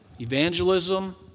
evangelism